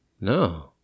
No